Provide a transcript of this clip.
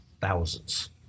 thousands